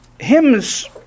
Hymns